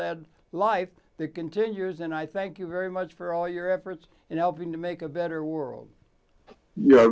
led life that continues and i thank you very much for all your efforts in helping to make a better world y